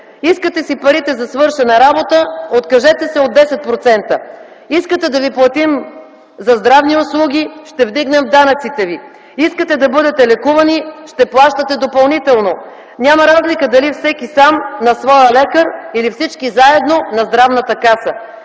Искате си парите за свършена работа - откажете се от 10 процента. Искате да ви платим за здравни услуги – ще вдигнем данъците ви. Искате да бъдете лекувани – ще плащате допълнително. Няма разлика дали всеки сам на своя лекар, или всички заедно на Здравната каса,